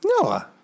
Noah